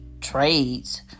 trades